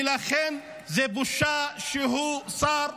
לכן זו בושה שהוא שר.